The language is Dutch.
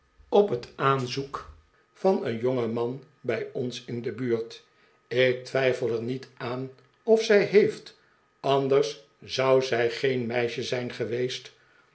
op het aanzoek van een jongen man bij ons in de buurt ik twijfel er niet aan of zij heeft anders zou zij geen meisje zijn geweest